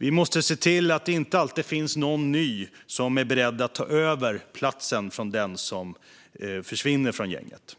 Vi måste se till att det inte alltid finns någon ny som är beredd att ta över platsen från den som försvinner från gänget.